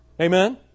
Amen